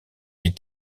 est